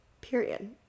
Period